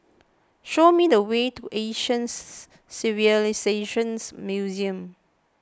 show me the way to Asian Civilisations Museum